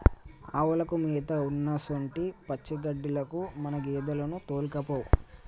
ఆవులకు మేత ఉన్నసొంటి పచ్చిగడ్డిలకు మన గేదెలను తోల్కపో